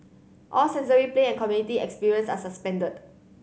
all sensory play and community experience are suspended